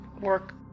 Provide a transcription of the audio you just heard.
work